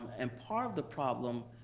and part of the problem,